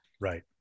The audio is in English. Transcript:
Right